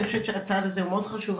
אני חושבת שהצעד הזה מאוד חשוב,